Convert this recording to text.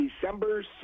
december